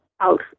out